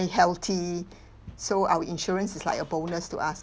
and healthy so our insurance is like a bonus to us